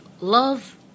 love